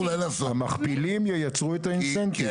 אולי לעשות --- המכפילים ייצרו את האינסנטיב.